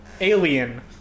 alien